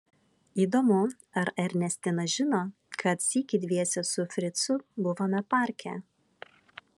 įdomu ar ernestina žino kad sykį dviese su fricu buvome parke